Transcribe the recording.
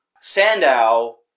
Sandow